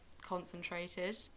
concentrated